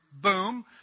Boom